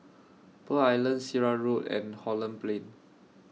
Pearl Island Sirat Road and Holland Plain